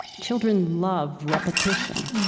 children love repetition,